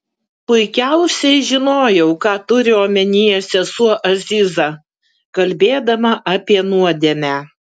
puikiausiai žinojau ką turi omenyje sesuo aziza kalbėdama apie nuodėmę